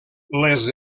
les